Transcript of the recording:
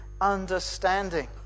understanding